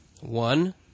One